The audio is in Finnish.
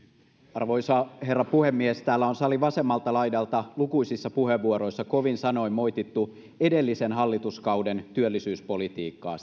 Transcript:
arvoisa herra puhemies täällä on salin vasemmalta laidalta lukuisissa puheenvuoroissa kovin sanoin moitittu edellisen hallituskauden työllisyyspolitiikkaa